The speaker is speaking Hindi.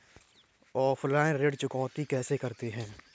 ऑफलाइन ऋण चुकौती कैसे करते हैं?